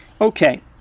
okay